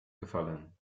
gefallen